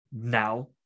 now